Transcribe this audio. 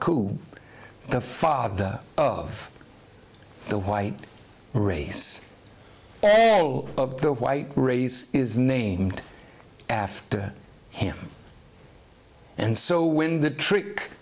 who the father of the white race of the white race is named after him and so when the trick